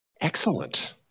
Excellent